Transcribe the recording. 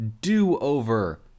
do-over